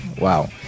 Wow